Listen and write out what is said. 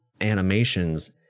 animations